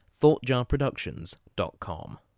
thoughtjarproductions.com